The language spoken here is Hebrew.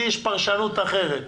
לי יש פרשנות אחרת.